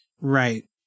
Right